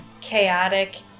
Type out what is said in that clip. chaotic